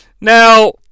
Now